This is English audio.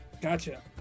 gotcha